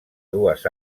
dues